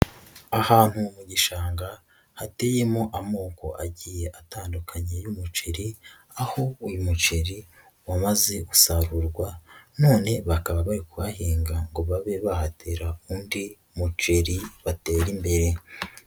Ahantu mu gishanga, hateyemo amoko agiye atandukanye y'umuceri, aho uyu muceri wamaze gusarurwa, none bakaba bari kuhahinga ngo babe bahatera undi muceri batera imbere.